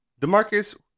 DeMarcus